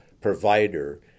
provider